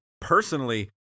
personally